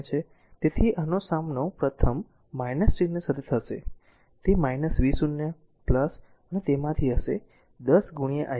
તેથી આનો સામનો પ્રથમ ચિહ્ન સાથે થશે તે હશે v0 કે તે તેમાંથી હશે 10 i1